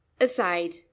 aside